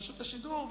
לרשות השידור,